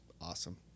awesome